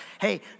Hey